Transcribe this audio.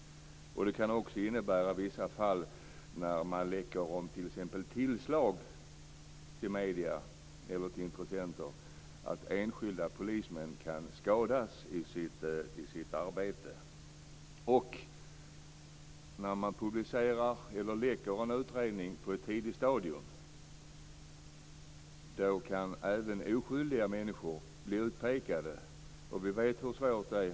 Det kan i vissa fall, när man läcker om t.ex. tillslag till medierna eller till intressenter, också innebära att enskilda polismän kan skadas i sitt arbete. Och när man läcker en utredning på ett tidigt stadium kan även oskyldiga människor bli utpekade.